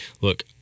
look